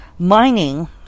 mining